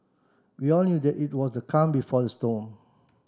we all knew that it was the calm before the storm